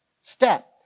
step